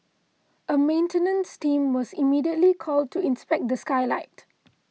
a maintenance team was immediately called in to inspect the skylight